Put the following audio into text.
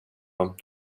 och